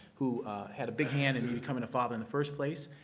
who had a big hand in me becoming a father in the first place.